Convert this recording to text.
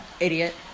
Idiot